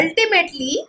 ultimately